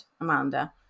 Amanda